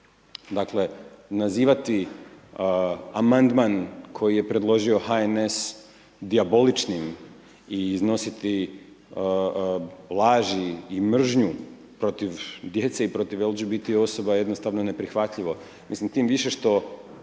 Dakle, nazivati amandman koji je predložio HNS dijaboličnim i iznositi laži i mržnju protiv djece i protiv LGBT osoba je jednostavno neprihvatljivo, mislim tim više što,